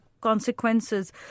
consequences